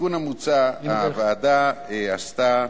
בתיקון המוצע, הוועדה עשתה